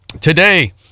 today